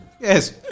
Yes